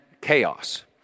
chaos